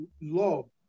love